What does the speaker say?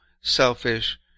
selfish